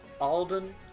Alden